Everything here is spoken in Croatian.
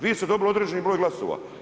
Vi ste dobili određeni broj glasova.